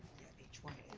the twenty